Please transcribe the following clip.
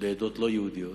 לעדות לא-יהודיות,